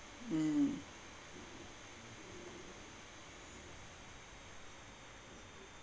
mm